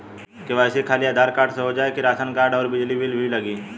KYC खाली Aadhaar card से हो जाए कि राशन कार्ड अउर बिजली बिल भी लगी?